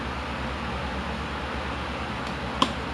like I join Y_C_S ah then I went to this